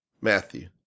Matthew